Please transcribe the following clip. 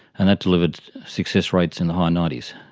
and that delivered success rates in the high ninety s,